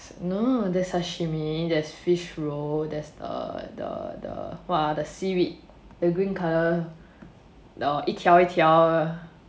no the sashimi there's fish roe there's err the the what ah the seaweed the green colour the 一条一条 one